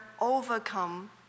overcome